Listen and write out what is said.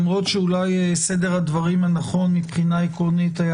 סדר הדברים הנכון מבחינה עקרונית היה